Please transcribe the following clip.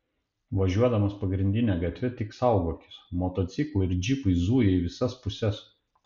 važiuodamas pagrindine gatve tik saugokis motociklai ir džipai zuja į visas puses